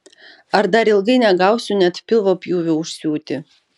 ar dar ilgai negausiu net pilvo pjūvio užsiūti